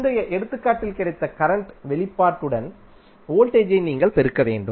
முந்தைய எடுத்துக்காட்டில் கிடைத்த கரண்ட் வெளிப்பாட்டுடன் வோல்டேஜ் v ஐ நீங்கள் பெருக்க வேண்டும்